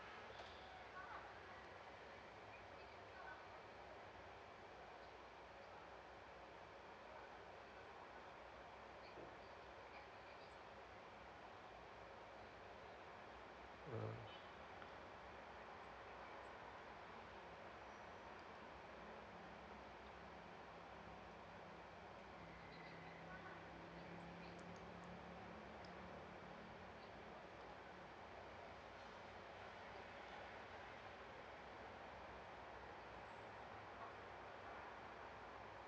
uh